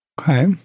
Okay